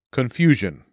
Confusion